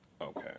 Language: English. Okay